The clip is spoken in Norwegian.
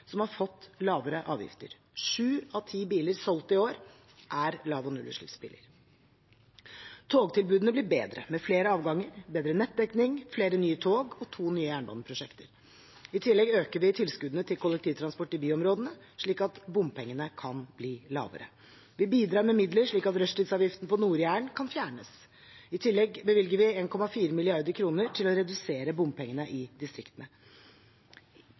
som har fått lavere avgifter. Sju av ti biler solgt i år er lav- og nullutslippsbiler. Togtilbudene blir bedre med flere avganger, bedre nettdekning, flere nye tog og to nye jernbaneprosjekter. I tillegg øker vi tilskuddene til kollektivtransport i byområdene, slik at bompengene kan bli lavere. Vi bidrar med midler slik at rushtidsavgiften på Nord-Jæren kan fjernes. I tillegg bevilger vi 1,4 mrd. kr til å redusere bompengene i distriktene.